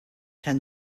ten